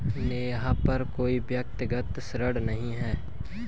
नेहा पर कोई भी व्यक्तिक ऋण नहीं है